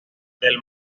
del